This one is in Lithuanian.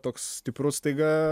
toks stiprus staiga